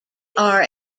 are